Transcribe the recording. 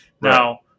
Now